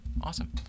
awesome